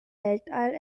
weltall